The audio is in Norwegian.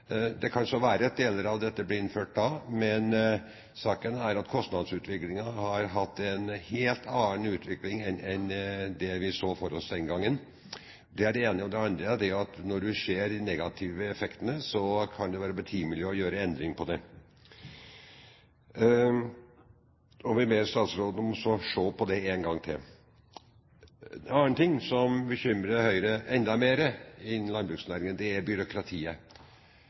Det kan så være at deler av dette ble innført da, men saken er at kostnadsutviklingen har hatt en helt annen utvikling enn det vi så for oss den gangen. Det er det ene. Det andre er at når man ser de negative effektene, kan det være betimelig å gjøre en endring. Vi ber derfor statsråden om å se på det en gang til. En annen ting som bekymrer Høyre enda mer innen landbruksnæringen, er byråkratiet.